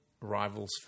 Rivals